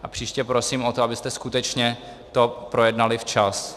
A příště prosím o to, abyste to skutečně projednali včas.